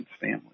family